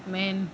man